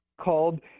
called